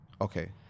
okay